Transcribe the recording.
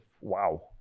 wow